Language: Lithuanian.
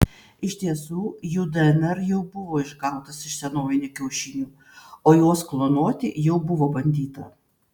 iš tiesų jų dnr jau buvo išgautas iš senovinių kiaušinių o juos klonuoti jau buvo bandyta